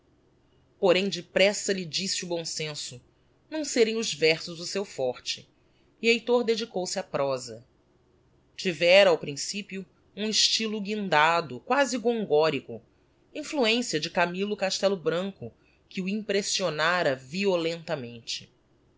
porém depressa lhe disse o bom senso não serem os versos o seu forte e heitor dedicou se á prosa tivera ao principio um estylo guindado quasi gongorico influencia de camillo castello branco que o impressionara violentamente